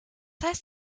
heißt